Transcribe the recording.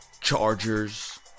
Chargers